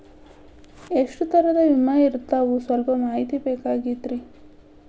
ಎಷ್ಟ ತರಹದ ವಿಮಾ ಇರ್ತಾವ ಸಲ್ಪ ಮಾಹಿತಿ ಬೇಕಾಗಿತ್ರಿ